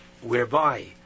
whereby